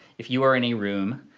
if you were in a room,